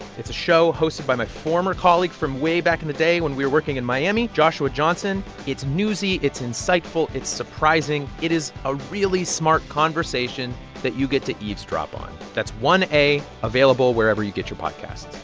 it's a show hosted by my former colleague from way back in the day when we were working in miami, joshua johnson. it's newsy. it's insightful. it's surprising. it is a really smart conversation that you get to eavesdrop on. that's one a, available wherever you get your podcasts.